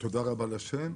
תודה רבה לה'.